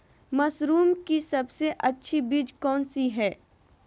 Mushroom की सबसे अच्छी बीज कौन सी है?